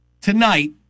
tonight